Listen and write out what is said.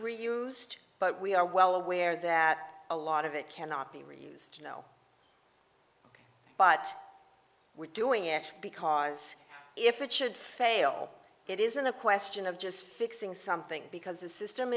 reused but we are well aware that a lot of it cannot be reused you know but we're doing it because if it should fail it isn't a question of just fixing something because the system